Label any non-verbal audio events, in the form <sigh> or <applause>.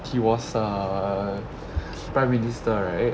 he was err <breath> prime minister right